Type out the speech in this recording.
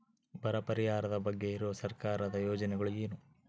ಬರ ಪರಿಹಾರದ ಬಗ್ಗೆ ಇರುವ ಸರ್ಕಾರದ ಯೋಜನೆಗಳು ಏನು?